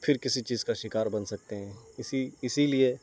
پھر کسی چیز کا شکار بن سکتے ہیں اسی اسی لیے